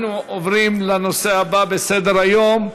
אנחנו עוברים לנושא הבא בסדר-היום: